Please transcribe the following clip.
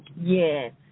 Yes